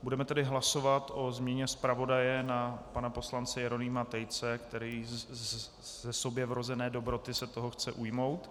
Budeme tedy hlasovat o změně zpravodaje na pana poslance Jeronýma Tejce, který ze sobě vrozené dobroty se toho chce ujmout.